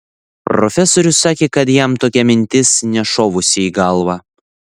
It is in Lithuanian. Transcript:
profesorius sakė kad jam tokia mintis nešovusi į galvą